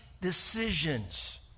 decisions